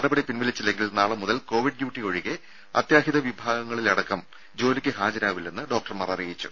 നടപടി പിൻവലിച്ചില്ലെങ്കിൽ നാളെ മുതൽ കോവിഡ് ഡ്യൂട്ടി ഒഴികെ അത്യാഹിത വിഭാഗങ്ങളിലടക്കം ജോലിക്ക് ഹാജരാവില്ലെന്ന് ഡോക്ടർമാർ അറിയിച്ചു